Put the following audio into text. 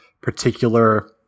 particular